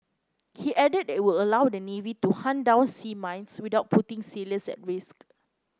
he added that it will allow the navy to hunt down sea mines without putting sailors at risk